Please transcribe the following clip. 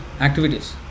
activities